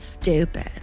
stupid